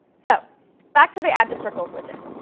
so back to the add to circles widget.